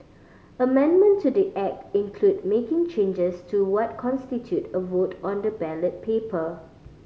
amendment to the Act included making changes to what constituted a vote on the ballot paper